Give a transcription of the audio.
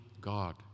God